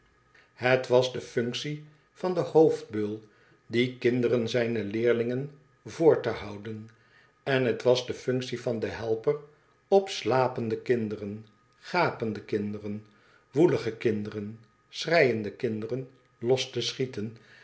het was de ftmctie van den hoofdbeul de kinderen zijne leeringen voor te houden en het was de functie van den helper op slapende kinderen gapende kinderen woelige kinderen schreiende kinderen loste schieten